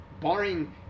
barring